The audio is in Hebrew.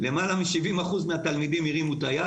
למעלה מ-70% מהתלמידים הרימו את היד,